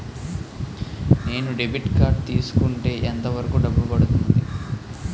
నేను debit card తీసుకుంటే ఎంత వరకు డబ్బు పడుతుంది?